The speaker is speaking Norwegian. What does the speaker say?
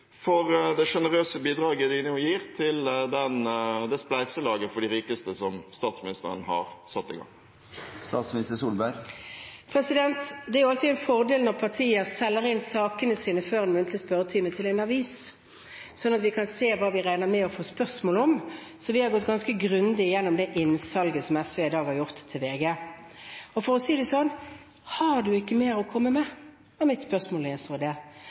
rikeste, som statsministeren har satt i gang? Det er alltid en fordel når partier selger inn sakene sine før en muntlig spørretime til en avis, sånn at vi kan se hva vi kan regne med å få spørsmål om. Vi har gått ganske grundig gjennom det innsalget som SV i dag har gjort til VG, og for å si det sånn: Har de ikke mer å komme med? Det var mitt spørsmål da jeg så det,